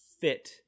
fit